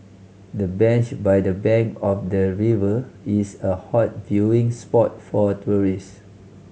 the bench by the bank of the river is a hot viewing spot for tourist